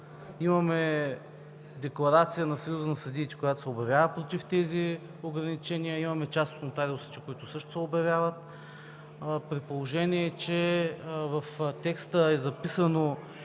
Имаме декларация на Съюза на съдиите, която се обявява против тези ограничения, имаме част от нотариусите, които също се обявяват. При положение че в текста е записано